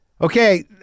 Okay